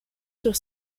sur